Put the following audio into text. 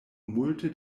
multe